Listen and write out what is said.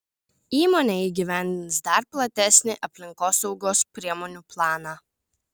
įmonė įgyvendins dar platesnį aplinkosaugos priemonių planą